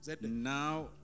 Now